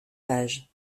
pages